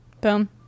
boom